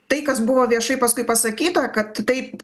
tai kas buvo viešai paskui pasakyta kad taip